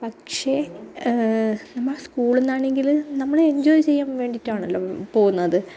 പക്ഷെ എന്നാൽ സ്കൂളിൽ നിന്നാണെങ്കിൽ നമ്മൾ എന്ജോയ് ചെയ്യാന് വേണ്ടിയിട്ടാണല്ലോ പോകുന്നത്